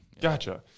Gotcha